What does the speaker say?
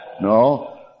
no